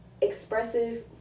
expressive